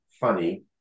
funny